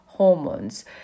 hormones